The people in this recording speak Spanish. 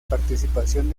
participación